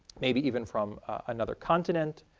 maybe even from another continent,